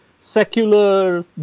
secular